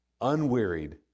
unwearied